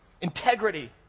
Integrity